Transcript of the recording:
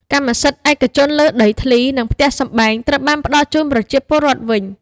កម្មសិទ្ធិឯកជនលើដីធ្លី និងផ្ទះសម្បែងត្រូវបានផ្តល់ជូនប្រជាពលរដ្ឋវិញ។